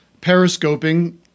periscoping